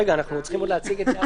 רגע, אנחנו עוד צריכים להציג את זה.